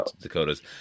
Dakota's